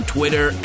Twitter